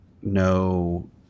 no